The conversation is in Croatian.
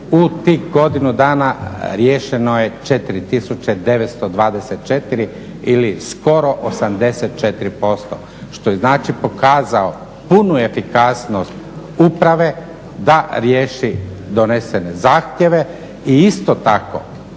u tih godinu dana riješeno je 4 tisuće 924 ili skoro 84%. Što je znači pokazao punu efikasnost uprave da riješi donesene zahtjeve i isto tako